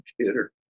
computer